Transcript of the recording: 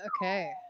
Okay